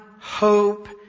hope